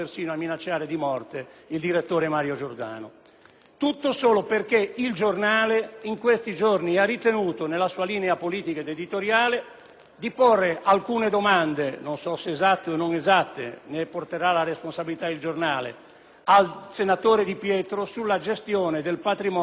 questo solo perché «il Giornale» in questi giorni ha ritenuto, seguendo una sua linea politica ed editoriale, di porre alcune domande - non so se esatte o no, ne porterà la responsabilità «il Giornale» - al senatore Di Pietro sulla gestione del patrimonio e dei contributi elettorali di quel partito.